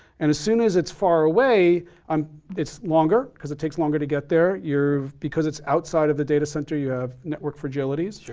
and as soon as it's far away um it's longer, because it takes longer to get there, because it's outside of the data center you have network fragilities.